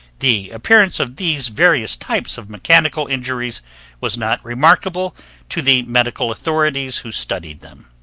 the appearance of these various types of mechanical injuries was not remarkable to the medical authorities who studied them.